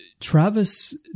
Travis